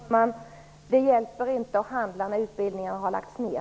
Herr talman! Det hjälper inte handla när utbildningen har lagts ner.